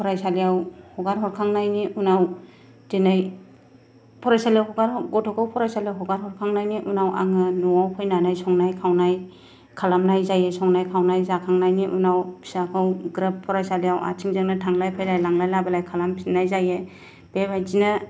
फरायसालिआव हगार हरखांनायनि उनाव दिनै फरायसालिआव गथ'खौ फरायसालिआव हगार हरखांनायनि उनाव आङो न'आव फैनानै संनाय खावनाय खालामनाय जायो संनाय खावनाय जाखांनायनि उनाव फिसाखौ ग्रोब फरायसालिआव आथिंजोंनो थांलाय फैलाय लांलाय लाबोलाय खालामफिननाय जायो बे बायदिनो